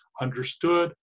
understood